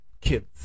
kids